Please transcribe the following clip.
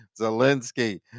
Zelensky